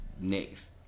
next